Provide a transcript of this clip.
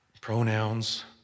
pronouns